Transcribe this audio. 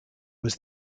was